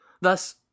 Thus